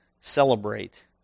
celebrate